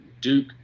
Duke